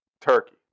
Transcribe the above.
Turkey